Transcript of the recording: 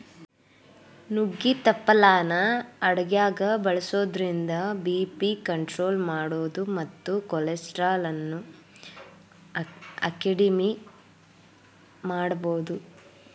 ನುಗ್ಗಿ ತಪ್ಪಲಾನ ಅಡಗ್ಯಾಗ ಬಳಸೋದ್ರಿಂದ ಬಿ.ಪಿ ಕಂಟ್ರೋಲ್ ಮಾಡಬೋದು ಮತ್ತ ಕೊಲೆಸ್ಟ್ರಾಲ್ ಅನ್ನು ಅಕೆಡಿಮೆ ಮಾಡಬೋದು